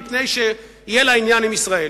מפני שיהיה לה עניין עם ישראל.